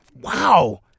Wow